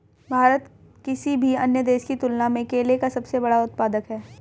भारत किसी भी अन्य देश की तुलना में केले का सबसे बड़ा उत्पादक है